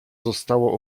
zostało